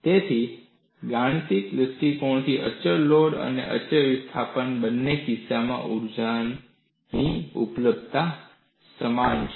તેથી ગાણિતિક દ્રષ્ટિકોણથી અચળ લોડિંગ અને અચળ વિસ્થાપન બંનેના કિસ્સામાં ઊર્જાની ઉપલબ્ધતા સમાન છે